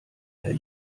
herr